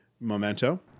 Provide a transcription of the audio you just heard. Memento